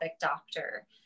doctor